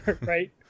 right